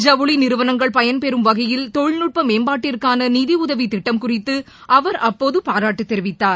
ஜவுளி நிறுவனங்கள் பயன்பெறம் வகையில் தொழில்நுட்ப மேம்பாட்டிற்கான நிதியுதவி திட்டம் குறித்து அவர் அப்போது பாராட்டு தெரிவித்தார்